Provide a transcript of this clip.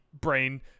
brain